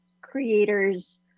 creators